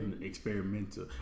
Experimental